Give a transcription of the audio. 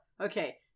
Okay